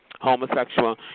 homosexual